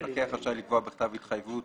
המפקח רשאי לקבוע בכתב ההתחייבות